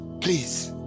Please